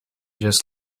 just